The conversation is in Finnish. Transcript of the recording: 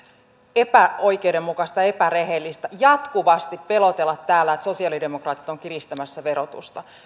epäoikeudenmukaista epärehellistä jatkuvasti pelotella täällä että sosialidemokraatit ovat kiristämässä verotusta